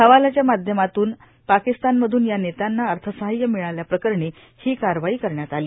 हवालाच्या माध्यमातून पाकिस्तानमधून या नेत्यांना अर्थसहाय्य मिळाल्या प्रकरणी ही कारवाई करण्यात आली